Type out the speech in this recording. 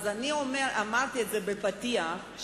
אמרתי בפתיח,